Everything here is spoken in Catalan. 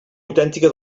autèntica